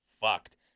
fucked